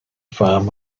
farm